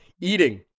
eating